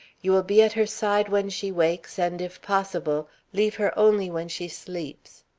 you will be at her side when she wakes, and, if possible, leave her only when she sleeps.